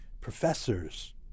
professors